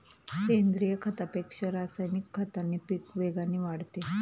सेंद्रीय खतापेक्षा रासायनिक खताने पीक वेगाने वाढते